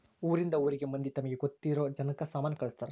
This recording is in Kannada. ಊರಿಂದ ಊರಿಗೆ ಮಂದಿ ತಮಗೆ ಗೊತ್ತಿರೊ ಜನಕ್ಕ ಸಾಮನ ಕಳ್ಸ್ತರ್